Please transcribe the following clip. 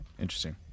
Interesting